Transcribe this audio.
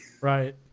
Right